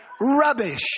rubbish